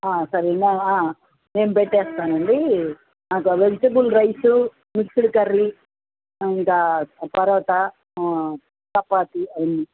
సరే నేను పెట్టేస్తానండి నాకు వెజిటబుల్ రైసు మిక్స్డ్ కర్రీ ఇంకా పరోటా చపాతీ అవన్ని